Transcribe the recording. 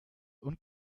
und